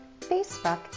Facebook